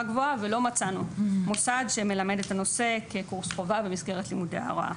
גבוהה ולא מצאנו מוסד שמלמד את הנושא כקורס חובה במסגרת לימוד ההוראה.